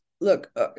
look